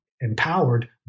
empowered